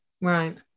Right